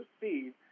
seed